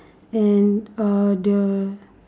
and uh the